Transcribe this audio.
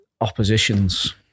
oppositions